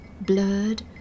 blurred